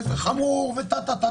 וזה חמור וכו' וכו',